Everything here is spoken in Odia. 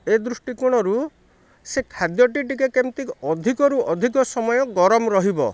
ଏହି ଦୃଷ୍ଟିକୋଣରୁ ସେ ଖାଦ୍ୟଟି ଟିକେ କେମିତି ଅଧିକରୁ ଅଧିକ ସମୟ ଗରମ ରହିବ